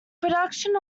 production